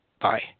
Bye